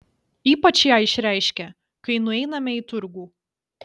ypač ją išreiškia kai nueiname į turgų